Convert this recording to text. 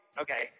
okay